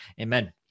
Amen